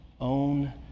own